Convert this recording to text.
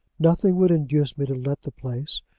nothing would induce me to let the place,